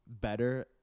better